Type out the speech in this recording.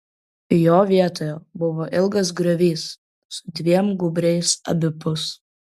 jo vietoje buvo ilgas griovys su dviem gūbriais abipus